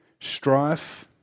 strife